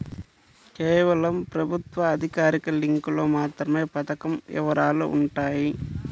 కేవలం ప్రభుత్వ అధికారిక లింకులో మాత్రమే పథకం వివరాలు వుంటయ్యి